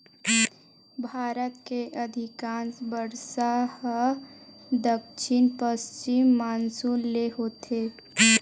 भारत के अधिकांस बरसा ह दक्छिन पस्चिम मानसून ले होथे